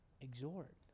Exhort